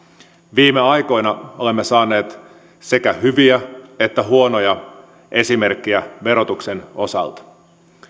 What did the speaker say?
viime aikoina olemme saaneet sekä hyviä että huonoja esimerkkejä verotuksen osalta